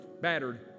battered